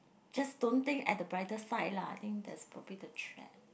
just don't think at the brighter side lah I think that's probably the trait